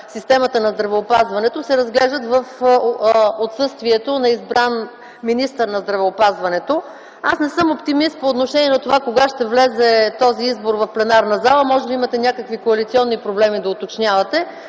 системата на здравеопазването, се разглеждат в отсъствието на избран министър на здравеопазването. Аз не съм оптимист по отношение на това кога ще влезе този избор в пленарната зала, може би имате някакви коалиционни проблеми да уточнявате